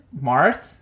marth